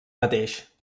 mateix